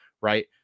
right